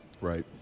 Right